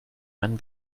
mein